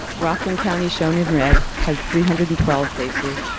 rockland county shown in red had three hundred and twelve cases.